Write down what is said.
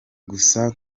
gusa